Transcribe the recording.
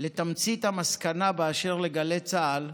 לתמצית המסקנה באשר לגלי צה"ל,